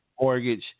mortgage